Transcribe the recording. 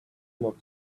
not